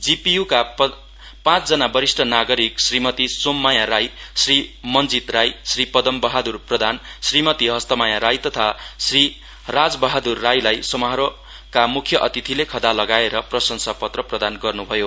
जिपिय्का पाँचजना वरिष्ठ नागरिक श्रीमती सोममाया राई श्री मञ्जीत राई श्री पदम बहाद्र प्रधान श्रीमती हस्तमाया राई तथा श्री राज बहादुर राईलाई समारोहका मुख्य अतिथिले खदा लगाएर प्रशंषा पत्र प्रदान गर्नु भयो